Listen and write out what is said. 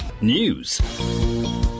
News